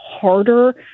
harder